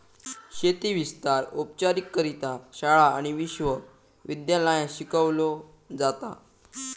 शेती विस्तार औपचारिकरित्या शाळा आणि विश्व विद्यालयांत शिकवलो जाता